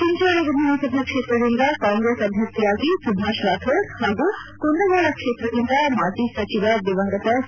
ಚಿಂಚೋಳಿ ವಿಧಾನಸಭಾ ಕ್ಷೇತ್ರದಿಂದ ಕಾಂಗ್ರೆಸ್ ಅಭ್ಯರ್ಥಿಯಾಗಿ ಸುಭಾಷ್ ರಾಥೋಡ್ ಹಾಗೂ ಕುಂದಗೋಳ ಕ್ಷೇತ್ರದಿಂದ ಮಾಜಿ ಸಚಿವ ದಿವಂಗತ ಸಿ